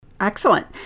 Excellent